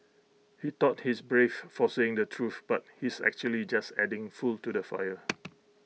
he thought he's brave for saying the truth but he's actually just adding fuel to the fire